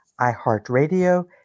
iHeartRadio